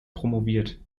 promoviert